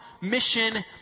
mission